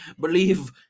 believe